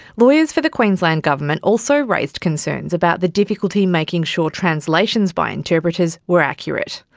lawyers for the queensland government also raised concerns about the difficulty making sure translations by interpreters were accurate.